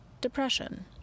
depression